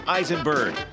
Eisenberg